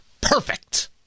perfect